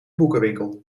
boekenwinkel